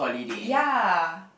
ya